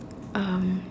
um